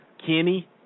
Kenny